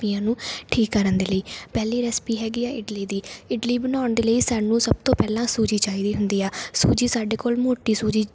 ਨੂੰ ਠੀਕ ਕਰਨ ਦੇ ਲਈ ਪਹਿਲੀ ਰੈਸਿਪੀ ਹੈਗੀ ਹੈ ਇਡਲੀ ਦੀ ਇਡਲੀ ਬਣਾਉਣ ਦੇ ਲਈ ਸਾਨੂੰ ਸਭ ਤੋਂ ਪਹਿਲਾਂ ਸੂਜੀ ਚਾਹੀਦੀ ਹੁੰਦੀ ਆ ਸੂਜੀ ਸਾਡੇ ਕੋਲ ਮੋਟੀ ਸੂਜੀ